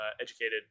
educated